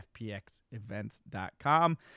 fpxevents.com